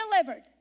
delivered